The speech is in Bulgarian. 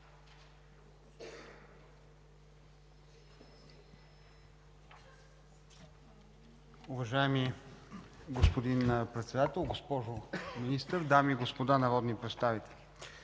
Уважаеми господин Председател, уважаеми дами и господа народни представители!